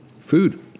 food